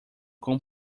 com